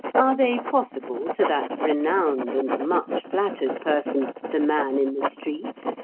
are they possible to that renowned and much-flattered person, the man in the street?